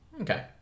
okay